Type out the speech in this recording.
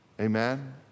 Amen